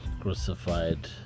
crucified